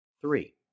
Three